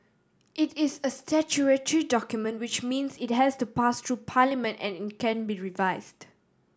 it is a statutory document which means it has to pass through Parliament and it can be revised